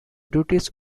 duties